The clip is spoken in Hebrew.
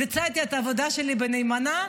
ביצעתי את העבודה שלי נאמנה.